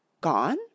Gone